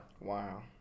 Wow